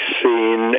seen